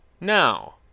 Now